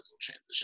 transition